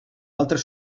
altres